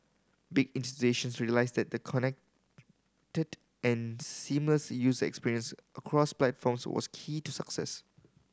big institutions realised that the connected and seamless use experience across platforms was key to success